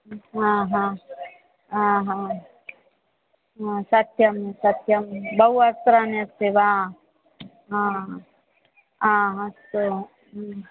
हा हा हा हा सत्यं सत्यं बहु वस्त्राणि अस्ति वा हा हा अस्तु हा